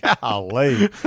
Golly